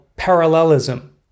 parallelism